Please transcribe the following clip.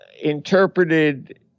interpreted